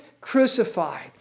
crucified